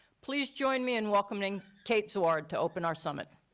please join me in welcoming kate zwaard to open our summit.